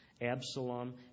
Absalom